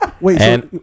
Wait